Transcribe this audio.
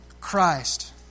Christ